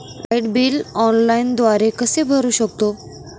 Light bill मी ऑनलाईनद्वारे कसे भरु शकतो?